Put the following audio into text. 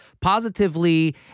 positively